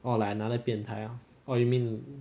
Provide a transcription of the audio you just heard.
oh like another 变态 lor oh you mean